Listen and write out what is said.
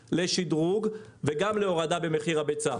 שלוש אף אחד לא יוכל לחזור אחורה.